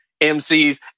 MCs